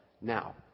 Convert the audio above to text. Now